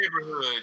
neighborhood